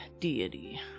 deity